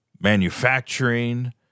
manufacturing